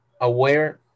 aware